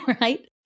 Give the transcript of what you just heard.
right